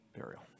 burial